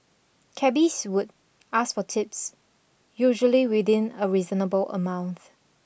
cabbies would ask for tips usually within a reasonable amount